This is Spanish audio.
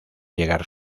llegar